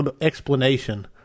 Explanation